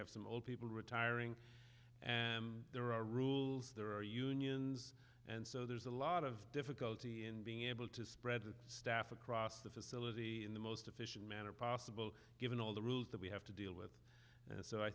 have some people retiring and there are rules there are unions and so there's a lot of difficulty in being able to spread the staff across the facility in the most efficient manner possible given all the rules that we have to deal with